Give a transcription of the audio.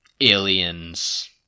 aliens